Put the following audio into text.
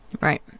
Right